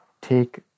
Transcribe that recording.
take